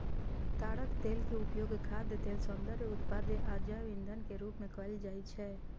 ताड़क तेल के उपयोग खाद्य तेल, सौंदर्य उत्पाद आ जैव ईंधन के रूप मे कैल जाइ छै